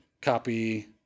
copy